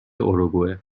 اوروگوئه